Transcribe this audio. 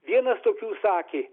vienas tokių sakė